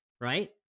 right